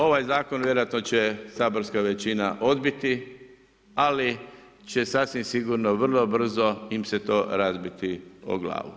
Ovaj zakon vjerojatno će saborska većina odbiti ali će sasvim sigurno vrlo brzo im se to razbiti o glavu.